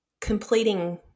completing